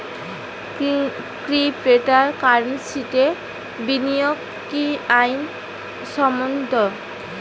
ক্রিপ্টোকারেন্সিতে বিনিয়োগ কি আইন সম্মত?